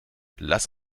lass